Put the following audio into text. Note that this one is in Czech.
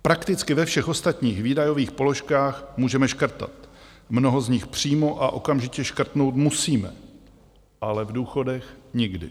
Prakticky ve všech ostatních výdajových položkách můžeme škrtat, mnoho z nich přímo a okamžitě škrtnout musíme, ale v důchodech nikdy.